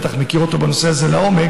את בטח מכיר את הנושא הזה לעומק,